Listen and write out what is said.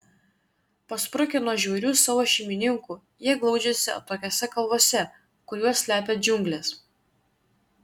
pasprukę nuo žiaurių savo šeimininkų jie glaudžiasi atokiose kalvose kur juos slepia džiunglės